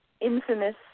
infamous